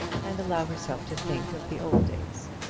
and allow herself to think of the old days.